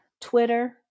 Twitter